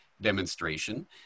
demonstration